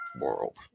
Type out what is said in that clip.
world